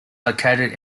located